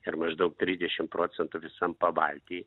ir maždaug trisdešim procentų visam pabalty